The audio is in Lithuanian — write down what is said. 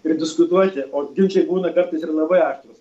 ir diskutuoti o ginčai būna kartais ir labai aštrūs